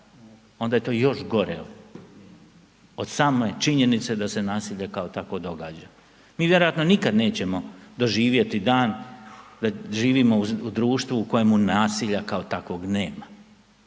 onda je to još gore od same činjenice da se nasilje kao takvo događa. Mi vjerojatno nikada nećemo doživjeti dan, da živimo u društvu u kojemu nasilja kao takvog nema,